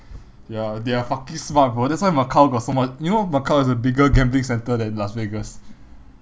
ya they are fucking smart bro that's why macau got so much you know macau is a bigger gambling centre than las vegas